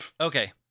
Okay